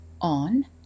on